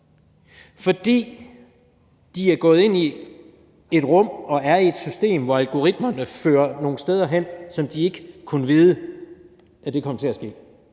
fordi de er gået ind i et rum og er i et system, hvor algoritmerne fører til noget, som de ikke kunne vide kom til at ske.